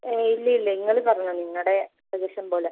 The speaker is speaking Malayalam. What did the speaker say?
ഏയ് ഇല്ലയില്ല നിങ്ങള് പറഞ്ഞുകൊള്ളൂ നിങ്ങളുടെ സജഷൻ പോലെ